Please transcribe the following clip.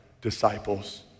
disciples